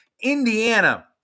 Indiana